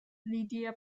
lydia